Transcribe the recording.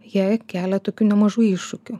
jie kelia nemažų iššūkių